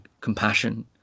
compassion